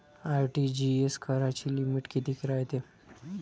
RTGS कराची limit कितीक रायते?